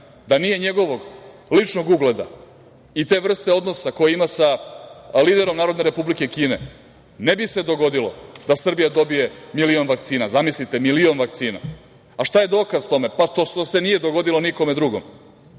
da nije njegovog ličnog ugleda i te vrste odnosa koji ima sa liderom Narodne Republike Kine ne bi se dogodilo da Srbija dobije milion vakcina. Šta je dokaz tome? To što se nije dogodilo nikome drugom.